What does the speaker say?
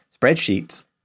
spreadsheets